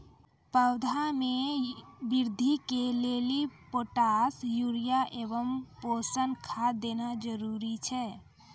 पौधा मे बृद्धि के लेली पोटास यूरिया एवं पोषण खाद देना जरूरी छै?